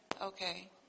Okay